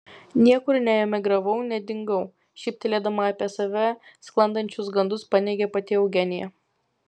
niekur neemigravau nedingau šyptelėdama apie save sklandančius gandus paneigė pati eugenija